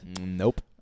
nope